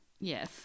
Yes